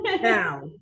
Now